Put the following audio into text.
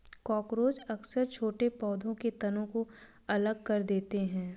cockroach अक्सर छोटे पौधों के तनों को अलग कर देते हैं